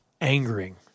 angering